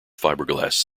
fiberglass